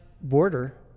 border